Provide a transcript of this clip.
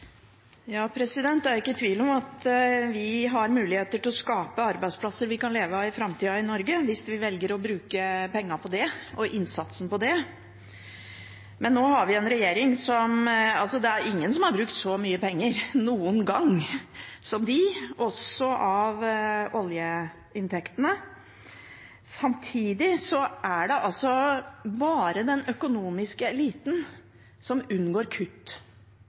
Det er ikke tvil om at vi har muligheter til å skape arbeidsplasser vi kan leve av i framtida i Norge, hvis vi velger å bruke pengene og innsatsen på det. Det er ingen som har brukt så mye penger noen gang, heller ikke av oljeinntektene, som denne regjeringen. Samtidig er det bare den økonomiske eliten som unngår kutt.